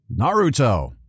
Naruto